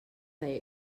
they